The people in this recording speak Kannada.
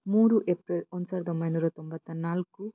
ಮೂರು ಎಪ್ರಿಲ್ ಒಂದು ಸಾವಿರದ ಒಂಬೈನೂರ ತೊಂಬತ್ತ ನಾಲ್ಕು